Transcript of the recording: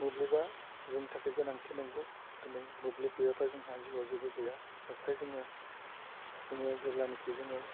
मोब्लिबा जोंनि थाखाय गोनांथि नंगौ दिनै मोब्लिब गैयाबा जोंहा जिउआ जेबो गैया बेवहाय जोङो जोङो जेब्लानोखि जोङो